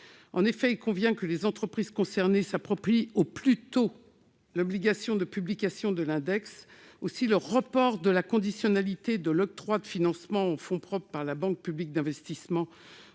En effet, il convient que les entreprises concernées s'approprient au plus tôt l'obligation de publication de l'index. Aussi, il ne nous semble pas justifié de reporter la conditionnalité de l'octroi de financements en fonds propres par la Banque publique d'investissement